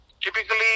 typically